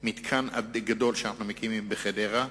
מתקן גדול שאנחנו מקימים בחדרה,